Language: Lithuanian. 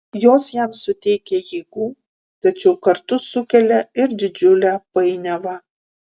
jos jam suteikia jėgų tačiau kartu sukelia ir didžiulę painiavą